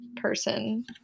person